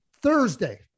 Thursday